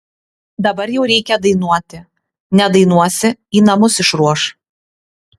dabar jau reikia dainuoti nedainuosi į namus išruoš